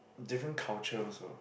different culture also